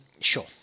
Sure